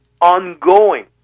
ongoing